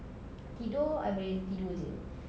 tidur I tidur jer